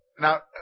Now